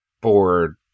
board